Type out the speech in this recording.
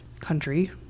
country